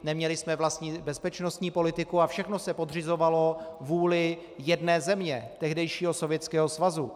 Neměli jsme vlastní bezpečnostní politiku a všechno se podřizovalo vůli jedné země, tehdejšího Sovětského svazu.